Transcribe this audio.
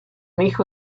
hijo